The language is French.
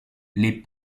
les